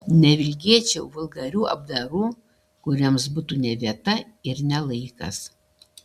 nevilkėčiau vulgarių apdarų kuriems būtų ne vieta ir ne laikas